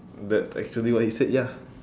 that's actually what he said ya